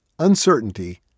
uncertainty